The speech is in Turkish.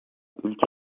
ülke